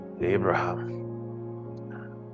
Abraham